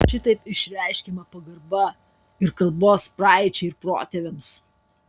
šitaip išreiškiama pagarba ir kalbos praeičiai ir protėviams